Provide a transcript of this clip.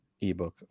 ebook